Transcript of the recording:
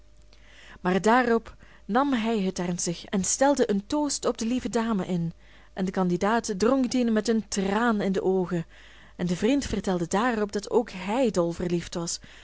maar daarop nam hij het ernstig en stelde een toost op de lieve dame in en de candidaat dronk dien met een traan in de oogen en de vriend vertelde daarop dat ook hij dol verliefd was